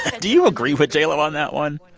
do you agree with j lo on that one?